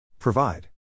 Provide